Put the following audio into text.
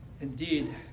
indeed